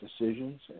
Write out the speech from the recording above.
decisions